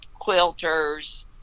Quilters